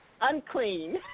unclean